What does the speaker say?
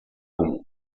comune